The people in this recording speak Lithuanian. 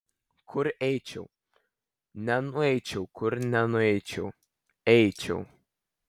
kur eičiau nenueičiau kur nenueičiau eičiau